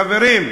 חברים,